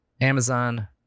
amazon